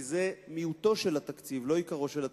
כי זה מיעוטו של התקציב ולא עיקרו של התקציב.